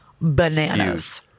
bananas